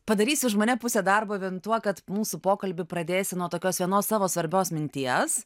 padarysi už mane pusę darbo vien tuo kad mūsų pokalbį pradėsiu nuo tokios vienos savo svarbios minties